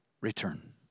return